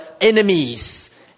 enemies